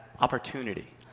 opportunity